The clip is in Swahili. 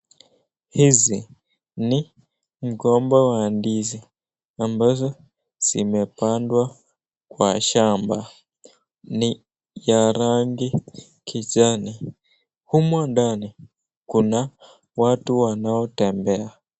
Hizi ni mgomba wa ndizi ambazo zimepandwa kwa shamba ni ya rangi kijani humu ndani kuna watu ambao wanatembea.